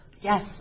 Yes